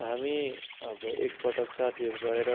हामी अब एक पटक साथीहरू भएर